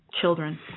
children